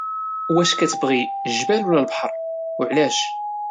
واش كتبغي الجبال ولا البحر وعلاش؟